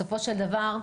בסופו של דבר,